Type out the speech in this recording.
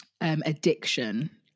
addiction